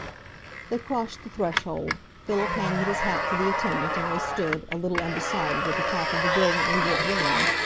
they crossed the threshold, philip handed his hat to the attendant and they stood, a little undecided, at the top of the brilliantly-lit room.